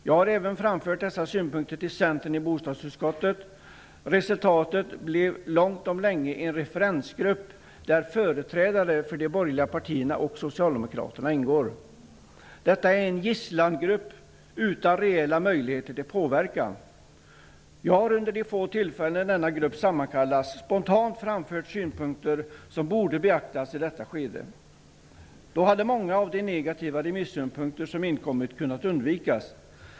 Jag har även framfört dessa synpunkter till Centern i bostadsutskottet. Resultatet blev långt om länge en referensgrupp där företrädare för de borgerliga partierna och Socialdemokraterna ingår. Detta är en gisslangrupp utan reella möjligheter till påverkan. Jag har vid de få tillfällen som denna grupp har sammankallats spontant framfört synpunkter som borde ha beaktats i detta skede. Då hade många av de negativa remissynpunkter som inkommit kunnat undvikas.